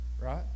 right